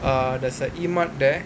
err there's a E mart there